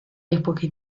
epoche